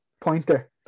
pointer